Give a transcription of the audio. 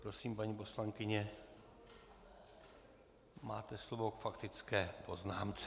Prosím, paní poslankyně, máte slovo k faktické poznámce.